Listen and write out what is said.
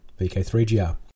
VK3GR